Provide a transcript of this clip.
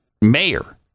mayor